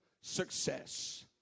success